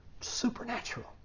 Supernatural